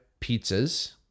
pizzas